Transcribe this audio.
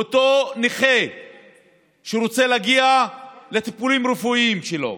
אותו נכה שרוצה להגיע לטיפולים הרפואיים שלו,